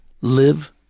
live